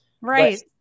Right